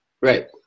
Right